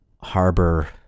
harbor